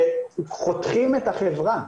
שחותכים את החברה.